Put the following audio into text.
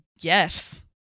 yes